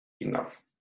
enough